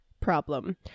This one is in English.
problem